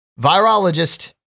virologist